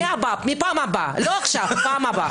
מפעם הבאה, לא עכשיו, מהפעם הבאה.